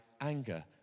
anger